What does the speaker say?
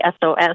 SOS